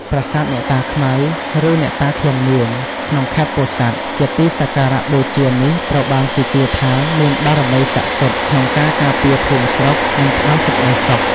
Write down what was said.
ប្រាសាទអ្នកតាខ្មៅ ឬអ្នកតាឃ្លាំងមឿង ក្នុងខេត្តពោធិ៍សាត់ ជាទីសក្ការៈបូជានេះត្រូវបានគេជឿថាមានបារមីស័ក្តិសិទ្ធិក្នុងការការពារភូមិស្រុក និងផ្តល់សេចក្ដីសុខ។